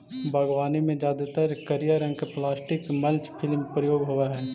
बागवानी में जादेतर करिया रंग के प्लास्टिक मल्च फिल्म प्रयोग होवऽ हई